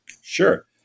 Sure